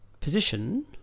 position